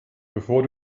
bevor